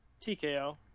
TKO